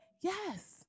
Yes